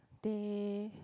they